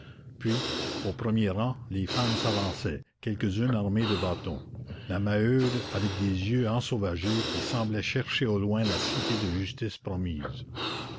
puis aux premiers rangs les femmes s'avançaient quelques-unes armées de bâtons la maheude avec des yeux ensauvagés qui semblaient chercher au loin la cité de justice promise